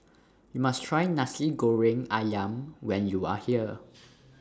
YOU must Try Nasi Goreng Ayam when YOU Are here